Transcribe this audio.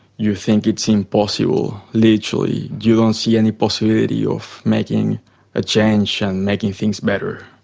you think it's impossible, literally, you don't see any possibility of making a change and making things better.